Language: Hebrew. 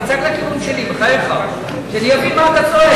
תצעק לכיוון שלי, בחייך, שאני אבין מה אתה צועק.